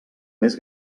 més